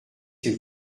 s’il